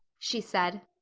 she said.